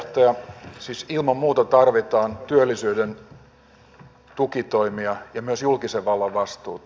siis ilman muuta tarvitaan työllisyyden tukitoimia ja myös julkisen vallan vastuuta